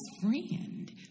friend